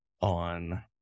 on